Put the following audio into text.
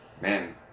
man